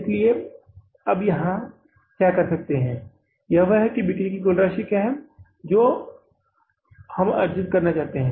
इसलिए आप यहां क्या कर सकते हैं वह यह है कि हम उस बिक्री की कुल राशि क्या है जो हम अर्जित करना चाहते हैं